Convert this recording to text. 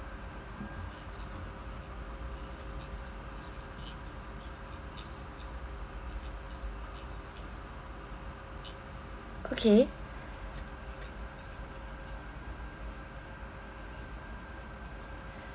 okay